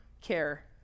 care